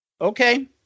Okay